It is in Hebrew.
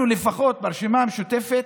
אנחנו ברשימה המשותפת,